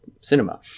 cinema